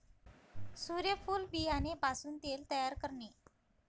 सूर्यफूल बियाणे पासून तेल तयार करणे